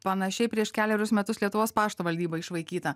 panašiai prieš kelerius metus lietuvos pašto valdyba išvaikyta